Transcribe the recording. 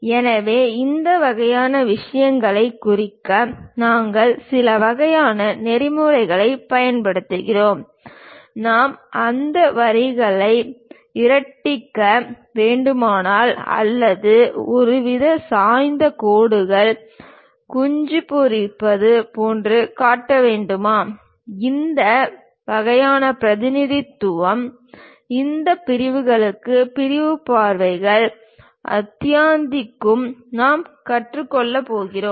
எனவே இந்த வகையான விஷயங்களைக் குறிக்க நாங்கள் சில வகையான நெறிமுறைகளைப் பயன்படுத்துகிறோம் நாம் அந்த வரிகளை இருட்டடிக்க வேண்டுமா அல்லது ஒருவித சாய்ந்த கோடுகள் குஞ்சு பொரிப்பது போன்றவற்றைக் காட்ட வேண்டுமா இந்த வகையான பிரதிநிதித்துவம் இந்த பிரிவுகளுக்கும் பிரிவு பார்வைகள் அத்தியாயத்திற்கும் நாம் கற்றுக்கொள்வோம்